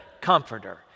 comforter